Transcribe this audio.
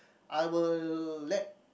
I will let